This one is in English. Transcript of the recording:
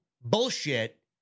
bullshit